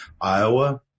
Iowa